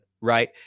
right